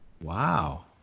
Wow